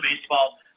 baseball